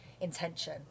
intention